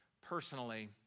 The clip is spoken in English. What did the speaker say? personally